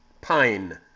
Pine